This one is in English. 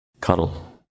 cuddle